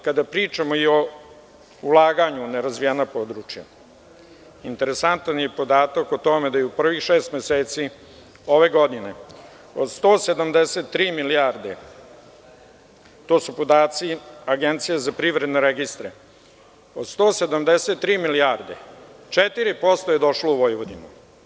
Kada pričamo i o ulaganju u nerazvijene područja, interesantan je podatak o tome da je u prvih šest meseci ove godine od 173 milijarde, to su podaci Agencije za privredne registre, 4% došlo u Vojvodinu.